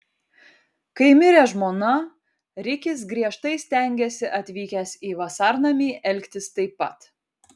kai mirė žmona rikis griežtai stengėsi atvykęs į vasarnamį elgtis taip pat